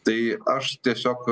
tai aš tiesiog